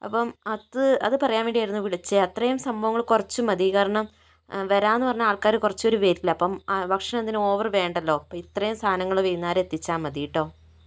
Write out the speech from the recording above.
അപ്പം അത് അത് പറയാൻ വേണ്ടിയായിരുന്നു വിളിച്ചത് അത്രയും സംഭവങ്ങള് കുറച്ച് മതി കാരണം വരാന്ന് പറഞ്ഞ ആള്ക്കാര് കുറച്ച് പേര് വരില്ല അപ്പം ഭക്ഷണം എന്തിന് ഓവർ വേണ്ടല്ലോ അപ്പോൾ ഇത്രയും സാധനങ്ങള് വൈകുന്നേരം എത്തിച്ചാൽ മതിട്ടോ